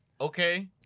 okay